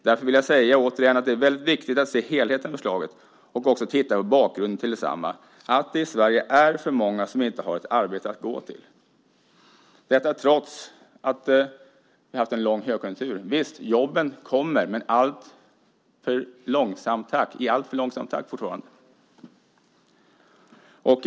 Därför vill jag återigen säga att det är väldigt viktigt att se helheten i förslaget och också titta på bakgrunden till detsamma, att det i Sverige är för många som inte har ett arbete att gå till. Detta trots att vi har haft en lång högkonjunktur. Visst, jobben kommer, men i alltför långsam takt fortfarande.